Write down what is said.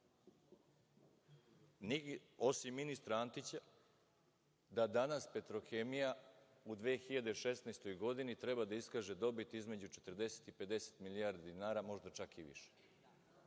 osim ministra Antića, da danas „Petrohemija“ u 2016. godini treba da iskaže dobit između 40 i 50 milijardi dinara, možda čak i više.